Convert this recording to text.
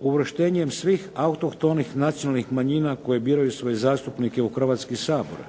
uvrštenjem svih autohtonih nacionalnih manjina koji biraju svoje zastupnike u Hrvatski sabor.